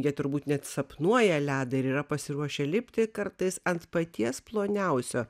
jie turbūt net sapnuoja ledą ir yra pasiruošę lipti kartais ant paties ploniausio